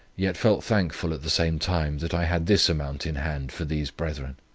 yet felt thankful, at the same time, that i had this amount in hand for these brethren.